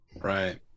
Right